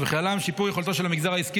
ובכללן שיפור יכולתו של המגזר העסקי